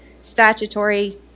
statutory